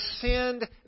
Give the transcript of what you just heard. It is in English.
sinned